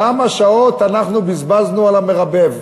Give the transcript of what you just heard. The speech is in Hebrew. כמה שעות אנחנו בזבזנו על המרבב?